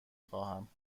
خواهم